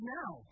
now